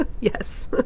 Yes